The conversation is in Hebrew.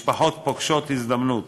משפחות פוגשות הזדמנות,